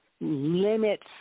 limits